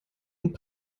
und